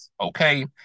okay